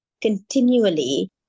continually